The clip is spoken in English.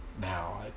Now